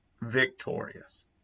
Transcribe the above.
victorious